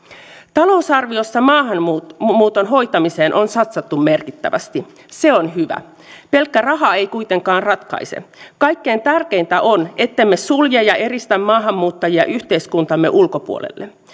talousarviossa maahanmuuton hoitamiseen on satsattu merkittävästi se on hyvä pelkkä raha ei kuitenkaan ratkaise kaikkein tärkeintä on ettemme sulje ja eristä maahanmuuttajia yhteiskuntamme ulkopuolelle